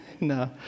No